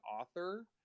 author